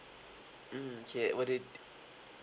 mm okay would it